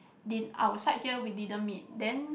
didn't our side here we didn't meet then